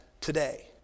today